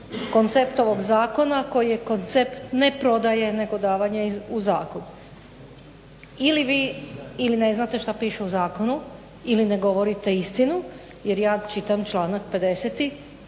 koncept ovog Zakona koji je koncept ne prodaje nego davanja u zakup. Ili vi, ili ne znate šta piše u zakonu ili ne govorite istinu jer ja čitam članak 50.